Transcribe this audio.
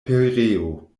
pereo